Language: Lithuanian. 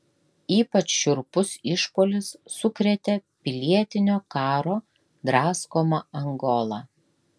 ypač šiurpus išpuolis sukrėtė pilietinio karo draskomą angolą